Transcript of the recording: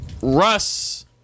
Russ